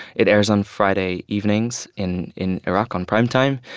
it airs on friday evenings in in iraq on primetime.